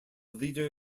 leader